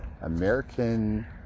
American